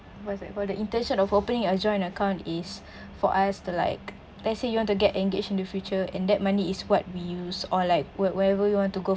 what's that called the intention of opening a joint account is for us to like let's say you want to get engaged in the future and that money is what we use or like whe~ wherever you want to go